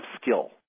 skill